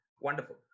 Wonderful